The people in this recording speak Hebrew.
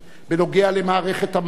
בנוגע למערכת המס